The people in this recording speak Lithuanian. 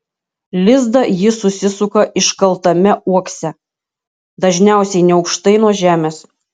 lizdą ji susisuka iškaltame uokse dažniausiai neaukštai nuo žemės